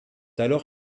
alors